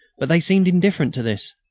but they seemed indifferent to this.